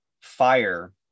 fire